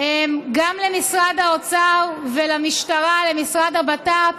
וגם למשרד האוצר ולמשטרה, למשרד הבט"פ.